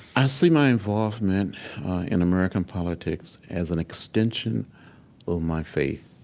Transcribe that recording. i see my involvement in american politics as an extension of my faith,